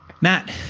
Matt